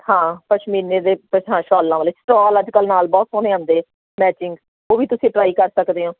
ਹਾਂ ਪਸ਼ਮੀਨੇ ਦੇ ਹਾਂ ਸ਼ੋਲਾਂ ਵਾਲੇ ਸਟੋਲ ਅੱਜ ਕੱਲ੍ਹ ਨਾਲ ਬਹੁਤ ਸੋਹਣੇ ਆਉਂਦੇ ਮੈਚਿੰਗ ਉਹ ਵੀ ਤੁਸੀਂ ਟਰਾਈ ਕਰ ਸਕਦੇ ਹੋ